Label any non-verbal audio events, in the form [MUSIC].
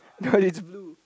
[LAUGHS] no is blue